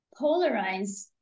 polarize